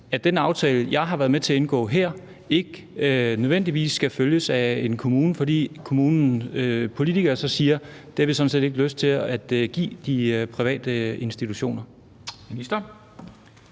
at den aftale, jeg har været med til at indgå her, ikke nødvendigvis skal følges af en kommune, fordi kommunens politikere så siger: Det har vi sådan set ikke lyst til at give de private institutioner?